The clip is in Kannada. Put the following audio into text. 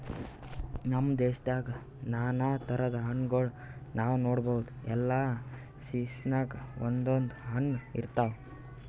ನಮ್ ದೇಶದಾಗ್ ನಾನಾ ಥರದ್ ಹಣ್ಣಗೋಳ್ ನಾವ್ ನೋಡಬಹುದ್ ಎಲ್ಲಾ ಸೀಸನ್ಕ್ ಒಂದೊಂದ್ ಹಣ್ಣ್ ಇರ್ತವ್